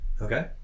Okay